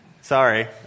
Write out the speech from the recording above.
sorry